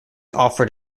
offered